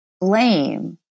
blame